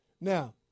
Now